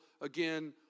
again